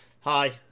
hi